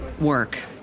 work